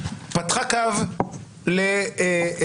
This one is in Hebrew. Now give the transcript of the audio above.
פתחה קו לטימבוקטו,